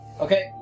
Okay